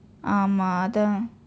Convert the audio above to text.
ஆமாம் அதான்:aamaam athaan